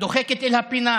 הדוחקת אל הפינה